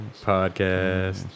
Podcast